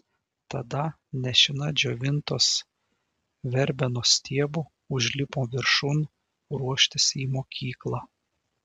tada nešina džiovintos verbenos stiebu užlipo viršun ruoštis į mokyklą